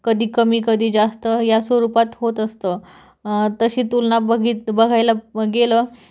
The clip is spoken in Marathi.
कधी कमी कधी जास्त या स्वरूपात होत असतं तशी तुलना बघीत बघायला गेलं